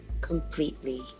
completely